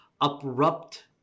abrupt